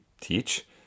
teach